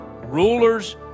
rulers